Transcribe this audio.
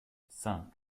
cinq